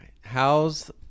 How's